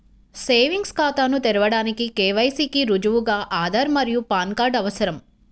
savings ఖాతాను తెరవడానికి KYC కి రుజువుగా ఆధార్ మరియు పాన్ కార్డ్ అవసరం